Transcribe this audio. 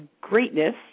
greatness